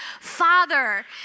father